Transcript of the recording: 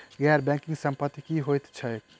गैर बैंकिंग संपति की होइत छैक?